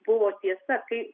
buvo tiesa kaip